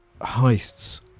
heists